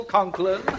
Conklin